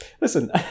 Listen